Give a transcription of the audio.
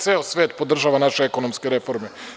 Ceo svet podržava naše ekonomske reforme.